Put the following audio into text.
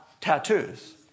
tattoos